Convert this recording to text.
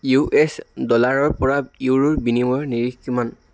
U S ডলাৰৰ পৰা ইউৰোৰ বিনিময়ৰ নিৰিখ কিমান